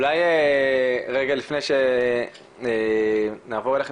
אולי רגע לפני שנתחיל,